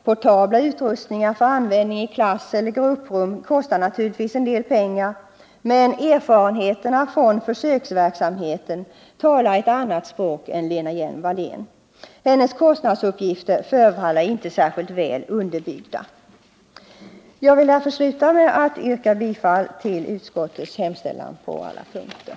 Portabla utrustningar för användning i klasseller grupprum kostar naturligtvis en del pengar, men erfarenheterna från försöksverksamheten talar ett annat språk än Lena Hjelm-Wallén. Hennes kostnadsuppgifter förefaller inte vara särskilt väl underbyggda. Jag vill sluta med att yrka bifall till utskottets hemställan på alla punkter.